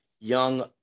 young